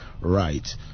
right